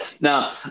Now